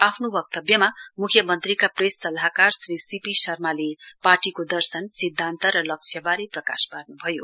आफ्नो वक्तव्यमा मुख्यमन्त्रीका प्रेस सल्लाहकार श्री सीपी शर्माले पार्टीको दर्शन सिद्धान्त र लक्ष्यबारे प्रकाश पार्नुभयो